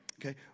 Okay